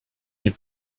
nie